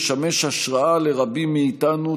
משמש השראה לרבים מאיתנו,